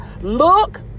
Look